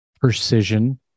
Precision